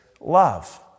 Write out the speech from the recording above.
love